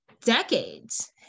decades